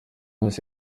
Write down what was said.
yose